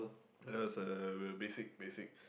that was a basic basic